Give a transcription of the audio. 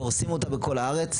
פורסים אותה בכל הארץ,